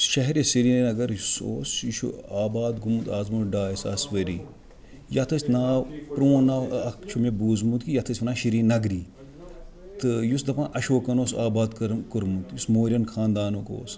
شہرِ سِریٖنَگر یُس اوس یہِ چھُ آباد گومُت از بونٛٹھ ڈاے ساس ؤری یَتھ ٲسۍ ناو پُرون ناو اَکھ چھُ مےٚ بوٗزمُت کہِ یَتھ ٲسۍ وَنان شِریٖنَگری تہٕ یُس دَپان اَشوکَن اوس آباد کورمُت یُس موریَن خانٛدانُک اوس